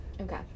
Okay